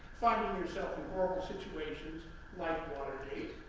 finding yourself in oral situations like watergate.